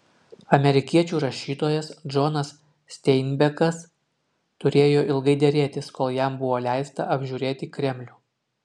amerikiečių rašytojas džonas steinbekas turėjo ilgai derėtis kol jam buvo leista apžiūrėti kremlių